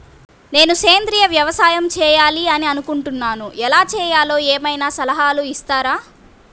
నేను సేంద్రియ వ్యవసాయం చేయాలి అని అనుకుంటున్నాను, ఎలా చేయాలో ఏమయినా సలహాలు ఇస్తారా?